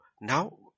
now